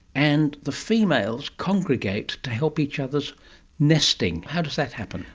and the females congregate to help each other's nesting. how does that happen?